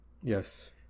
Yes